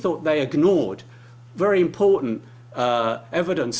thought they ignored very important evidence